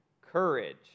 courage